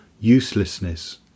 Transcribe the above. uselessness